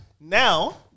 now